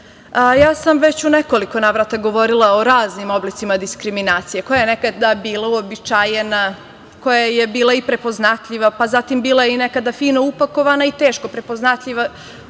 diskriminiše.U nekoliko navrata sam već govorila o raznim oblicima diskriminacije koja je nekada bila uobičajena, koja je bila prepoznatljiva, pa zatim i fino upakovana i teško prepoznatljiva